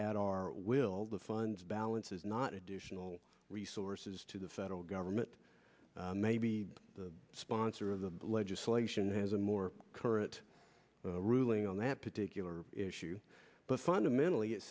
at our will the funds balance is not additional resources to the federal government may be the sponsor of the legislation has a more current ruling on that particular issue but fundamentally it